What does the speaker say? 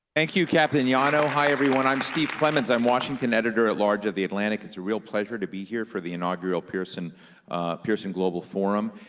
thank you, captain yano. hi, everyone, i'm steve clemons. i'm washington editor-at-large of the atlantic. it's a real pleasure to be here for the inaugural pearson pearson global forum,